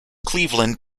cleveland